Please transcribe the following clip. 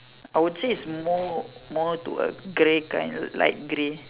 I would say it's more more to a grey kind light grey